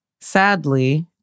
Sadly